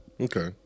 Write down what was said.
Okay